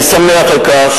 אני שמח על כך